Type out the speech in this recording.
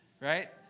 right